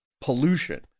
pollution